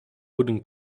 wooden